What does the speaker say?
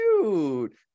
cute